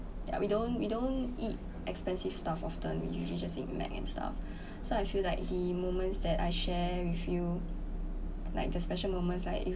yeah we don't we don't eat expensive stuff often we usually eat macs and stuff so I feel like the moments that I share with you like the special moments like if